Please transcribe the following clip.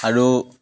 আৰু